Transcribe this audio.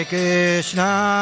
Krishna